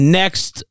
next